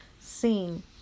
seen